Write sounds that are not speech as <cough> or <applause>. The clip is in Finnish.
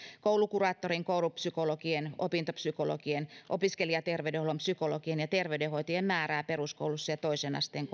koulukuraattorien koulupsykologien opintopsykologien opiskelijaterveydenhuollon psykologien ja terveydenhoitajien määrää peruskoulussa ja toisen asteen <unintelligible>